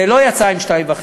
זה לא יצא עם 2.5,